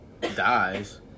dies